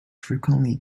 frequently